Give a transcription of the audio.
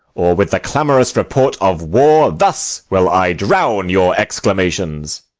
or with the clamorous report of war thus will i drown your exclamations.